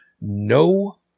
no